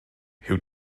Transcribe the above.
huw